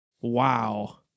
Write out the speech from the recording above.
Wow